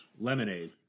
lemonade